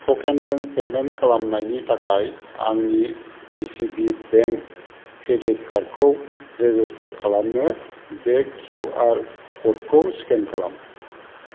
ट'केनजों पेमेन्ट खालामनायनि थाखाय आंनि D C B bank credit card खौ रेजिस्टार खालामनो बे किउ आर क'डखौ स्केन खालाम